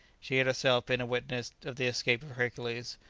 she had herself been a witness of the escape of hercules,